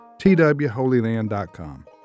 twholyland.com